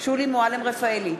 שולי מועלם-רפאלי,